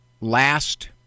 last